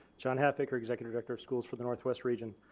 john halfaker, executive director of schools for the northwest region.